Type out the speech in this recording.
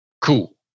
cool